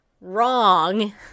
wrong